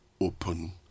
open